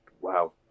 wow